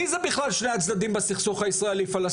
מי זה בכלל שני הצדדים בסכסוך הישראלי-פלסטיני?